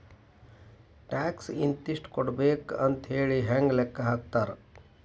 Tax ಇಂತಿಷ್ಟ ಕೊಡ್ಬೇಕ್ ಅಂಥೇಳಿ ಹೆಂಗ್ ಲೆಕ್ಕಾ ಹಾಕ್ತಾರ?